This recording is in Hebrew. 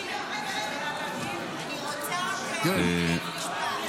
אני רוצה להגיב במשפט.